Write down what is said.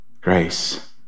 grace